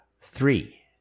Three